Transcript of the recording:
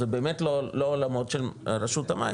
זה באמת לא עולמות של רשות המים.